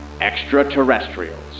Extraterrestrials